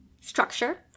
structure